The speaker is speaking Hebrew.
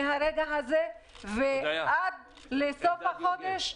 מרגע זה ועד לסוף החודש,